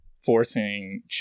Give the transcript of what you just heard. forcing